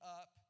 up